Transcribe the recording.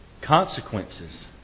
consequences